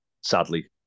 sadly